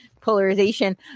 polarization